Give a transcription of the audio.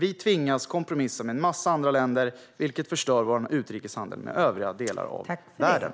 Vi tvingas att kompromissa med en massa andra länder, vilket förstör vår utrikeshandel med övriga delar av världen.